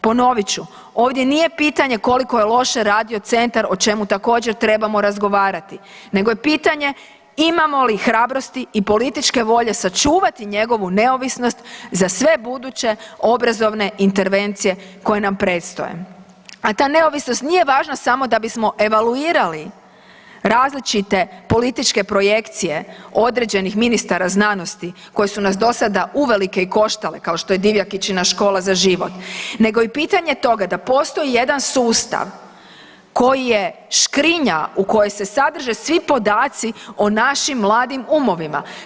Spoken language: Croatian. Ponovit ću, ovdje nije pitanje koliko je loše radio centar, o čemu također trebamo razgovarati nego je pitanje imamo li hrabrosti i političke volje sačuvati njegovu neovisnost za sve buduće obrazovne intervencije koje nam predstoje a ta neovisnost nije važna samo da bismo evaluirali različite političke projekcije određenih ministara znanosti koji su nas do sada uvelike i koštale kao što je Divjakičina „Škola za život“ nego i pitanje toga da postoji jedan sustav koji je škrinja u kojem se sadrže svi podaci o našim mladim umovima.